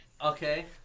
Okay